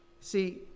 See